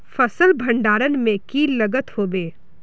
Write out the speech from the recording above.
फसल भण्डारण में की लगत होबे?